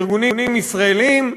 וארגונים ישראליים,